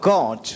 God